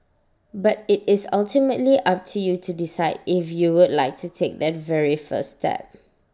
but IT is ultimately up to you to decide if you would like to take that very first step